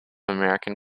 american